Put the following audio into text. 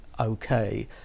okay